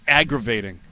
aggravating